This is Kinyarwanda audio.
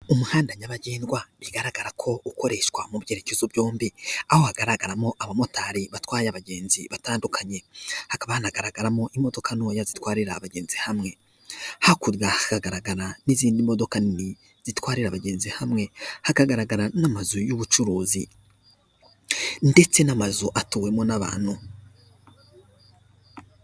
Umuhanda nyabagendwa bigaragara ko ukoreshwa mu byerekezo byombi, aho hagaragaramo abamotari batwaye abagenzi batandukanye, hakaba hanagaragaramo imodoka ntoya zitwararira abagenzi hamwe, hakurya haragaragara n'izindi modoka nini zitwarira abagenzi hamwe, hakagaragara n'amazu y'ubucuruzi ndetse n'amazu atuwemo n'abantu.